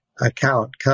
account